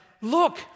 look